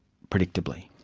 predictably.